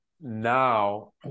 now